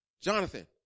Jonathan